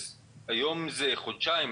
היום זה חודשיים.